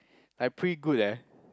I pretty good eh